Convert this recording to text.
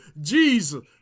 Jesus